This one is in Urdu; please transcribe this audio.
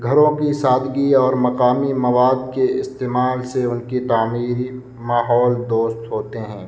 گھروں کی سادگی اور مقامی مواد کے استعمال سے ان کی تعمیری ماحول دوست ہوتے ہیں